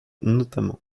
notamment